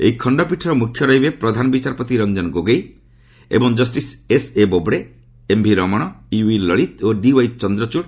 ଏହି ଖଶ୍ଚପୀଠର ମୃଖ୍ୟ ରହିବେ ପ୍ରଧାନ ବିଚାରପତି ରଞ୍ଜନ ଗୋଗୋଇ ଏବଂ justice S A Bobde M V Ramana U U Lalit ଓ ଡିୱାଇ ଚନ୍ଦ୍ରଚଡ଼